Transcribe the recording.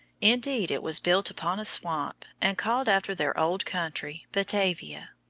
indeed it was built upon a swamp and called after their old country, batavia.